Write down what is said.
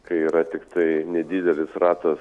kai yra tiktai nedidelis ratas